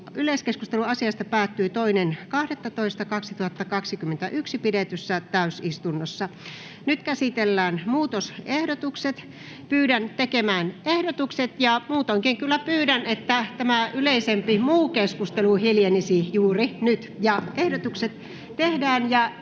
Yleiskeskustelu asiasta päättyi 2.12.2021 pidetyssä täysistunnossa. Nyt käsitellään muutosehdotukset. Pyydän tekemään ehdotukset — ja muutoinkin kyllä pyydän, että tämä yleisempi muu keskustelu hiljenisi juuri nyt. Ville Vähämäen